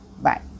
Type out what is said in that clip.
bye